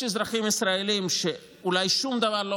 יש אזרחים ישראלים שאולי כבר שום דבר לא